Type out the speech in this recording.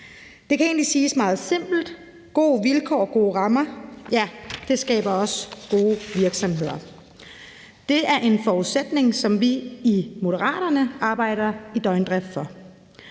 Det kan egentlig siges meget simpelt: Gode vilkår og gode rammer – ja, det skaber også gode virksomheder. Det er en forudsætning, som vi i Moderaterne arbejder i døgndrift for.